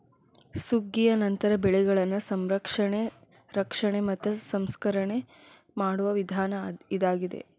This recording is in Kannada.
ಸುಗ್ಗಿಯ ನಂತರ ಬೆಳೆಗಳನ್ನಾ ಸಂರಕ್ಷಣೆ, ರಕ್ಷಣೆ ಮತ್ತ ಸಂಸ್ಕರಣೆ ಮಾಡುವ ವಿಧಾನ ಇದಾಗಿದೆ